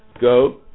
Go